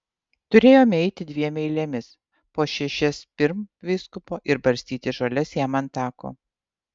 turėjome eiti dviem eilėmis po šešias pirm vyskupo ir barstyti žoles jam ant tako